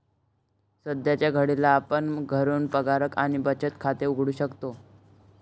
सध्याच्या घडीला आपण घरून पगार आणि बचत खाते उघडू शकतो